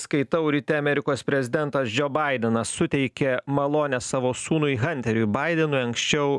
skaitau ryte amerikos prezidentas džo baidenas suteikė malonę savo sūnui hanteriui baidenui anksčiau